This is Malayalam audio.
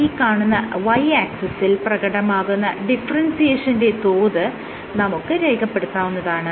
ഈ കാണുന്ന y ആക്സിസിൽ പ്രകടമാകുന്ന ഡിഫറെൻസിയേഷന്റെ തോത് നമുക്ക് രേഖപ്പെടുത്താവുന്നതാണ്